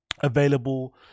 Available